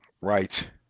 Right